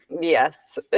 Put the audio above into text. yes